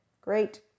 great